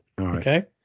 Okay